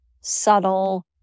subtle